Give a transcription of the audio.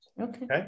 Okay